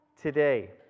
today